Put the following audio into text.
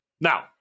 Now